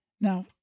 Now